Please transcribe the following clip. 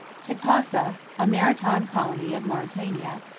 tipasa, a maritime colony of mauritania,